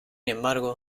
embargo